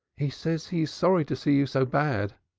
he says he is sorry to see you so bad,